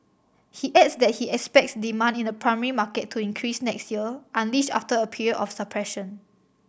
he adds that he expects demand in the primary market to increase next year unleashed after a period of suppression